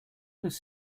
does